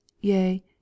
yea